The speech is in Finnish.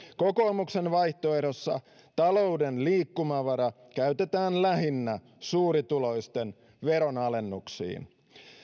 kokoomuksen vaihtoehdossa talouden liikkumavara käytetään lähinnä suurituloisten veronalennuksiin